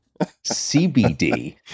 CBD